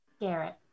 Garrett